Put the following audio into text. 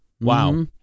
Wow